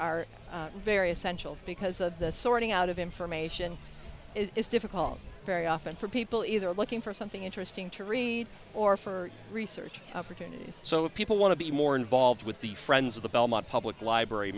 are very essential because of the sorting out of information is difficult very often for people either looking for something interesting to read or for research opportunities so if people want to be more involved with the friends of the belmont public library